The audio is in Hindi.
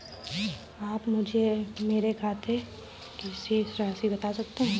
आप मुझे मेरे खाते की शेष राशि बता सकते हैं?